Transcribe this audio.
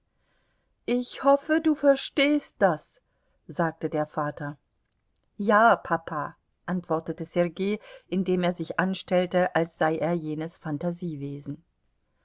ich hoffe du verstehst das sagte der vater ja papa antwortete sergei indem er sich anstellte als sei er jenes